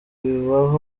bubaha